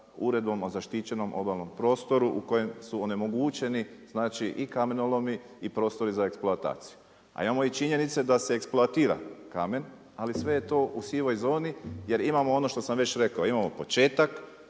Uredbom o zaštićenom obalnom prostoru u kojem su onemogućeni, znači i kamenolomi i prostori za eksploataciju. A imamo i činjenice da se eksploatira kamen, ali sve je to u sivoj zoni, jer imamo ono što sam već rekao, imamo početak,